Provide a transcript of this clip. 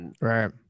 Right